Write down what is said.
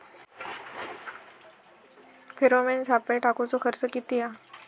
Pheromone सापळे टाकूचो खर्च किती हा?